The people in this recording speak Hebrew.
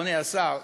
אדוני השר,